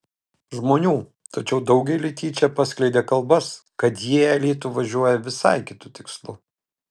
žmonių tačiau daugeliui tyčia paskleidė kalbas kad jie į alytų važiuoja visai kitu tikslu